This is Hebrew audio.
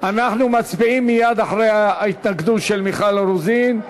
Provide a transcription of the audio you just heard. אנחנו מצביעים מייד אחרי ההתנגדות של מיכל רוזין,